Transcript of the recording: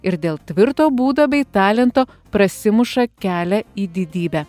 ir dėl tvirto būdo bei talento prasimuša kelią į didybę